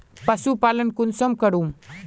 पशुपालन कुंसम करूम?